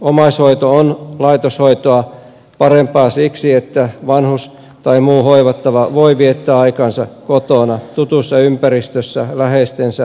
omaishoito on laitoshoitoa parempaa siksi että vanhus tai muu hoivattava voi viettää aikaansa kotona tutussa ympäristössä läheistensä ympäröimänä